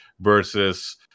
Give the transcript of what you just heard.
versus